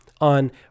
on